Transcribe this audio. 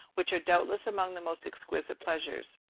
which are doubtless among the most exquisite pleasures.